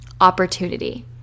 opportunity